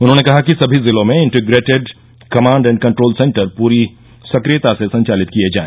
उन्होंने कहा कि सभी जिलो में integrated command and control centre पूरी सक्रियता से संचालित किये जाए